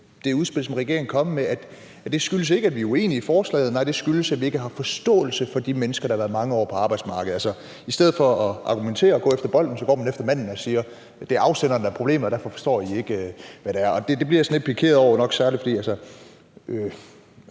det udspil, som regeringen er kommet med, skyldes det ikke, at vi er uenige i forslaget. Nej, det skyldes, at vi ikke har forståelse for de mennesker, der været mange år på arbejdsmarkedet. Altså, i stedet for at argumentere og gå efter bolden går man efter manden og siger: Det er afsenderen, der er problemet, og derfor forstår I ikke, hvad det er. Og det blev jeg sådan lidt pikeret over. Nok særligt, fordi